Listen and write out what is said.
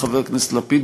חבר הכנסת לפיד,